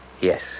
Yes